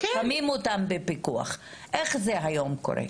ושמים אותם בפיקוח, איך זה היום קורה?